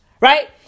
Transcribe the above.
right